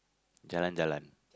jalan-jalan